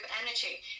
energy